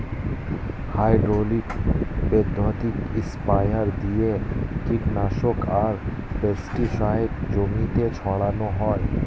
hydraulic বৈদ্যুতিক sprayer দিয়ে কীটনাশক আর পেস্টিসাইড জমিতে ছড়ান হয়